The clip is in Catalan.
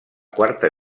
quarta